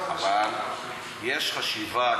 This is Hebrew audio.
אבל יש חשיבה.